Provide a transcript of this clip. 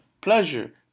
pleasure